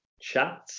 chat